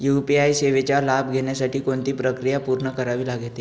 UPI सेवेचा लाभ घेण्यासाठी कोणती प्रक्रिया पूर्ण करावी लागते?